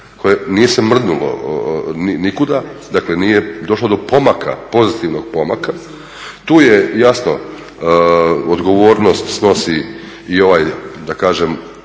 koje se nije mrdnulo nikuda, dakle nije došlo do pozitivnog pomaka. Tu jasno odgovornost snosi dio koji se bavi